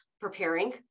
preparing